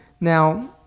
now